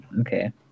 Okay